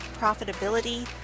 profitability